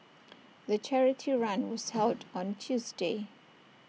the charity run was held on Tuesday